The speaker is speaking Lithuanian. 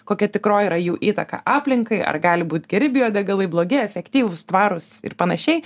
kokia tikroji yra jų įtaka aplinkai ar gali būti geri biodegalai blogi efektyvūs tvarūs ir panašiai